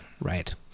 Right